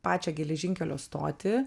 pačią geležinkelio stotį